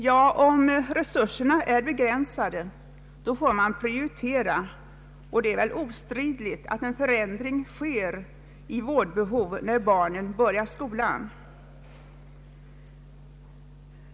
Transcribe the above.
Ja, om resurserna är begränsade måste man prioritera, och det är ostridigt att en förändring i vårdbehovet sker när barnen börjar skolan.